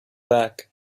back